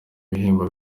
ibihembo